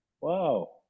Wow